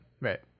right